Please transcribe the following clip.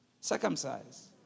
circumcise